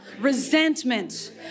resentment